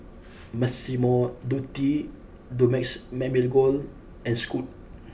Massimo Dutti Dumex Mamil Gold and Scoot